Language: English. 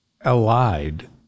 allied